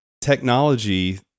technology